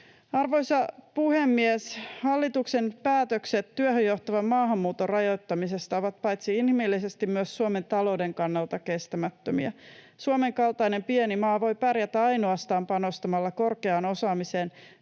Arvoisa puhemies! Hallituksen päätökset työhön johtavan maahanmuuton rajoittamisesta ovat paitsi inhimillisesti myös Suomen talouden kannalta kestämättömiä. Suomen kaltainen pieni maa voi pärjätä ainoastaan panostamalla korkeaan osaamiseen